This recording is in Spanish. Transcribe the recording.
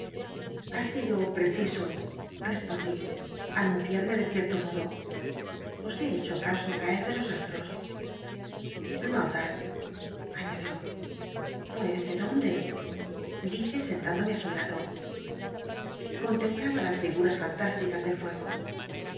ha sido ptcciso respondí anunciarme de cierto modo os he hecho acaso c tcr de los as l tos no tal aí'íad ió pues de dónde dije sen tándome ü su lado contemplaba las liguras fan tásticas del fuego